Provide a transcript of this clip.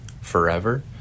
forever